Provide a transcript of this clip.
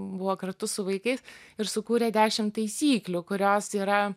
buvo kartu su vaikais ir sukūrė dešimt taisyklių kurios yra